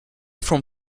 from